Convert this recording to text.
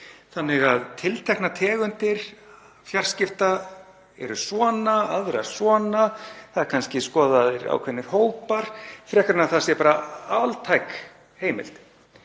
þannig að tilteknar tegundir fjarskipta eru svona, aðra svona. Það eru kannski skoðaðir ákveðnir hópar frekar en að það sé bara altæk heimild.